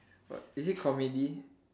what is it comedy